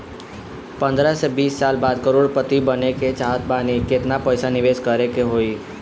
पंद्रह से बीस साल बाद करोड़ पति बने के चाहता बानी केतना पइसा निवेस करे के होई?